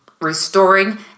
Restoring